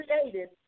created